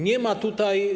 Nie ma tutaj.